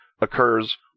occurs